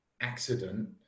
accident